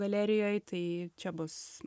galerijoj tai čia bus